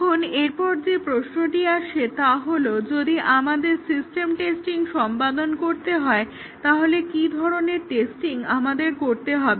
এখন এরপর যে প্রশ্নটি আসে তা হলো যদি আমাদেরকে সিস্টেম টেস্টিং সম্পাদন করতে হয় তাহলে কি ধরনের টেস্টিং আমাদের করতে হবে